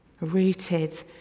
rooted